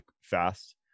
fast